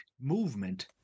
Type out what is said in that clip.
movement